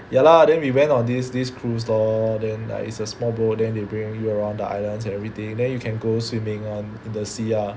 ya lah then we went on this this cruise lor then like it's a small boat then they bring you around the islands and everything then you can go swimming [one] in the sea ah